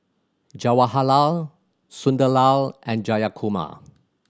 Jawaharlal Sunderlal and Jayakumar